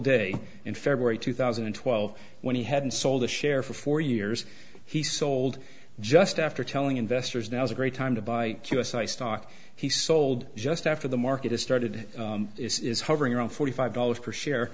day in february two thousand and twelve when he hadn't sold a share for four years he sold just after telling investors now's a great time to buy us i stock he sold just after the market is started is hovering around forty five dollars per share